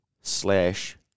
slash